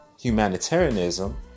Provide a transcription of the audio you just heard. humanitarianism